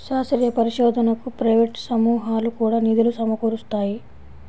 శాస్త్రీయ పరిశోధనకు ప్రైవేట్ సమూహాలు కూడా నిధులు సమకూరుస్తాయి